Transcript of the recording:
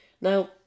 Now